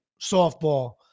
softball